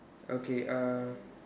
okay uh